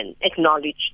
acknowledge